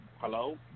hello